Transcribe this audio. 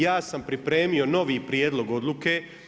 Ja sam pripremio novi prijedlog odluke.